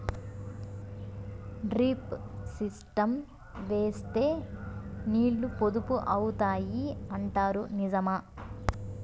Drip system వేస్తే నీళ్లు పొదుపు అవుతాయి అంటారు నిజమా?